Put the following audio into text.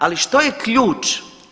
Ali što je ključ?